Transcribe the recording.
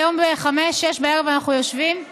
היום ב-17:00, 18:00 אנחנו יושבים?